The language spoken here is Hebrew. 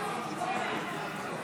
חבריי חברי הכנסת ------ לא הבנתי.